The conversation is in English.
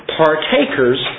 partakers